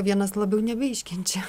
vienas labiau nebeiškenčia